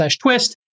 twist